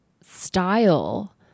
style